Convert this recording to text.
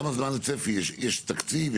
יש תקציב?